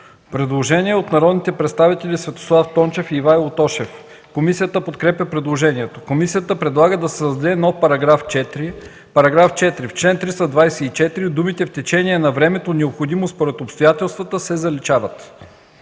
Предложение от народните представители Светослав Тончев и Ивайло Тошев. Комисията подкрепя предложението. Комисията предлага да се създаде нов § 4: „§ 4. В чл. 324 думите „в течение на времето, необходимо според обстоятелствата” се заличават.”